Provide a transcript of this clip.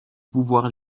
pouvoir